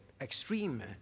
Extreme